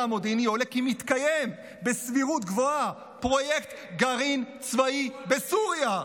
המודיעיני עולה כי מתקיים בסבירות גבוהה פרויקט גרעין צבאי בסוריה,